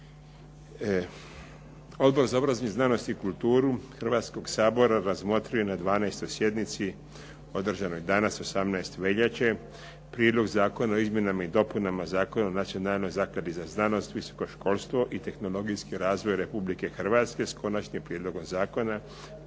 Odbor za obrazovanje, znanost i kulturu Hrvatskog sabora razmotrio je na 12. sjednici održanoj danas 18. veljače Prijedlog zakona o izmjenama i dopunama Zakona o Nacionalnoj zakladi za znanost, visoko školstvo i tehnologijski razvoj Republike Hrvatske, s Konačnim prijedlogom zakona,